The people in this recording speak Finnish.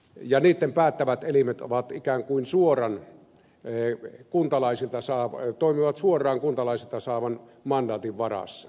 ja niitten päättävät elimet jotka nyt kuitenkin toimivat suoran kuntalaisilta saamansa mandaatin varassa